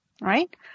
right